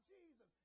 Jesus